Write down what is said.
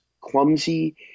clumsy